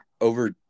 over